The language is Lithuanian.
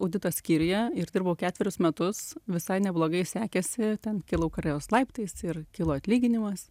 audito skyriuje ir dirbau ketverius metus visai neblogai sekėsi ten kilau karjeros laiptais ir kilo atlyginimas